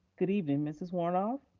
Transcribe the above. good evening, mrs. woronoff.